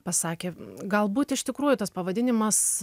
pasakė galbūt iš tikrųjų tas pavadinimas